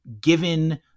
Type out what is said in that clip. given